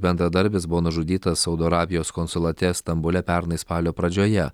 bendradarbis buvo nužudytas saudo arabijos konsulate stambule pernai spalio pradžioje